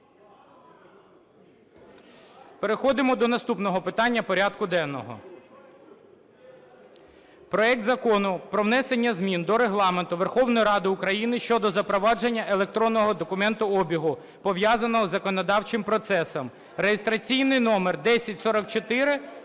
переходимо до наступного питання порядку денного. Проект Закону про внесення змін до Регламенту Верховної Ради України щодо запровадження електронного документообігу, пов'язаного із законодавчим процесом (реєстраційний номер 1044, 1044-1).